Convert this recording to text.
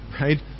right